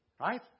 right